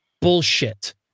bullshit